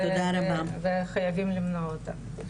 וחייבים למנוע אותן.